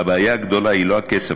הבעיה הגדולה היא לא הכסף,